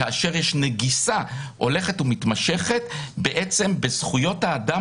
כאשר יש נגיסה הולכת ומתמשכת בזכויות האדם